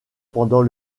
pendant